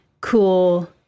cool